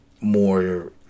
more